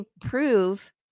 prove